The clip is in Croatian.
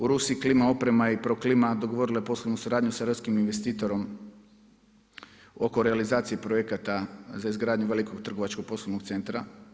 U Rusiji Klima oprema i Proklima dogovorile poslovnu suradnju a hrvatskim investitorom oko realizacije projekata za izgradnju velikog trgovačkog poslovnog centra.